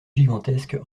gigantesque